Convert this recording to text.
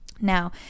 Now